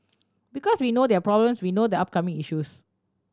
because we know their problems we know the upcoming issues